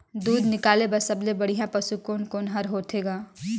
दूध निकाले बर सबले बढ़िया पशु कोन कोन हर होथे ग?